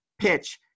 PITCH